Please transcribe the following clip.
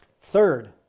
Third